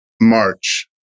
March